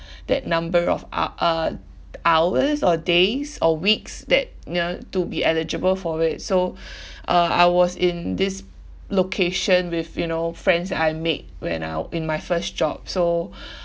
that number of uh uh hours or days or weeks that you know to be eligible for it so uh I was in this location with you know friends that I made when I in my first job so